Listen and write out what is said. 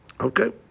Okay